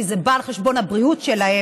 כי זה בא על חשבון הבריאות שלהם.